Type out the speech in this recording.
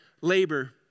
labor